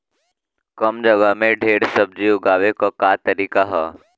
कम जगह में ढेर सब्जी उगावे क का तरीका ह?